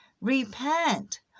Repent